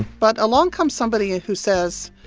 but along comes somebody who says,